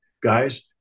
guys